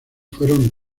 fueron